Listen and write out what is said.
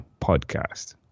podcast